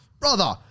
Brother